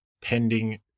pending